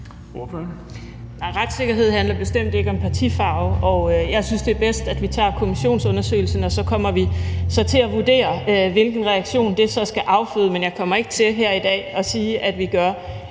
retssikkerhed handler bestemt ikke om partifarve, og jeg synes, det er bedst, at vi kigger på kommissionsundersøgelsen, og så kommer vi til at vurdere, hvilken reaktion det så skal afføde. Men jeg kommer ikke til her i dag at sige, at vi gør